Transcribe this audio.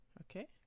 okay